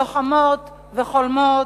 לוחמות וחולמות,